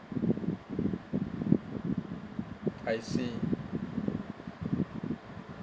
I see